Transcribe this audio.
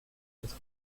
quatre